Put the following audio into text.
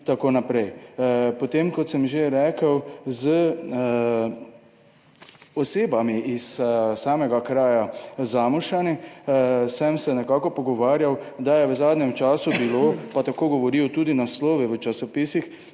Potem, kot sem že rekel, sem se z osebami iz samega kraja Zamušani pogovarjal, da je v zadnjem času bilo, tako govorijo tudi naslovi v časopisih,